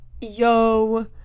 yo